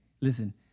Listen